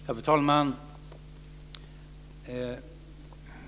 Fru talman!